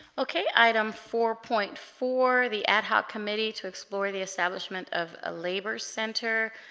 okay item four point four the ad-hoc committee to explore the establishment of a labor center